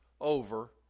over